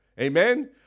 Amen